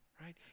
right